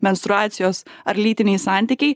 menstruacijos ar lytiniai santykiai